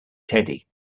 teddy